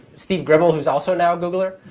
steve gribble, who's also now a googler.